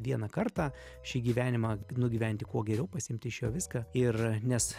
vieną kartą šį gyvenimą nugyventi kuo geriau pasiimti iš jo viską ir nes